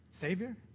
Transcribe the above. Savior